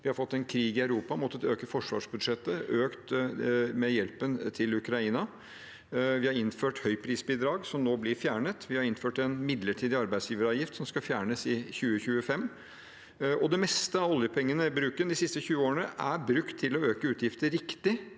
Vi har fått en krig i Europa og har måttet øke forsvarsbudsjettet, økt med hjelpen til Ukraina. Vi har innført høyprisbidrag, som nå blir fjernet, og vi har innført en midlertidig arbeidsgiveravgift, som skal fjernes i 2025. Det meste av oljepengebruken de siste 20 årene er brukt til å øke utgifter riktig,